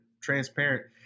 transparent